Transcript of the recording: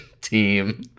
team